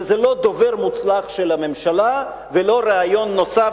וזה לא דובר מוצלח של הממשלה ולא ריאיון נוסף